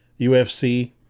UFC